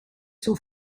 suo